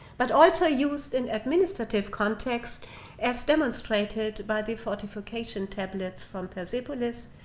but also used in administrative context as demonstrated by the fortification tablets from persepolis,